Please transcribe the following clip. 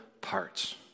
parts